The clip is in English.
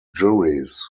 juries